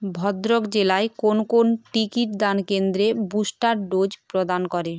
ভদ্রক জেলায় কোন কোন টিকিটদান কেন্দ্রে বুস্টার ডোজ প্রদান করে